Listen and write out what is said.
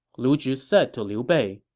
lu zhi said to liu bei,